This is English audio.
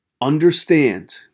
understand